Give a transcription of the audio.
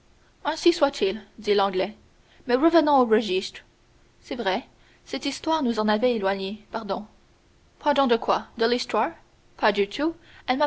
ainsi soit-il dit l'anglais mais revenons aux registres c'est vrai cette histoire nous en avait éloignés pardon pardon de quoi de l'histoire pas du tout